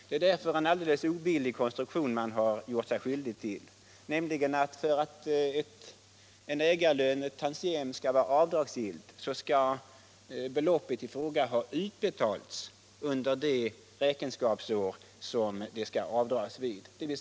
Man har här gjort sig skyldig till att genomföra en helt obillig konstruktion, nämligen att för att en ägarlön med tantiem skall vara avdragsgill skall beloppet i fråga ha utbetalats under det räkenskapsår som det skall dras av på.